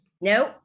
Nope